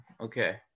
okay